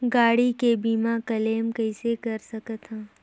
गाड़ी के बीमा क्लेम कइसे कर सकथव?